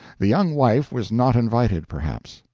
the young wife was not invited, perhaps.